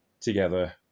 together